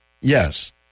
Yes